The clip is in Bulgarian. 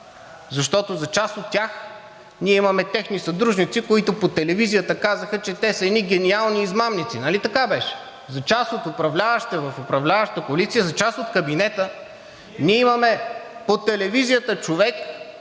Защото за част от тях – ние имаме техни съдружници, които по телевизията казаха, че те са едни гениални измамници. Нали така беше? За част от управляващите в управляващата коалиция, за част от кабинета, ние имаме по телевизията човек,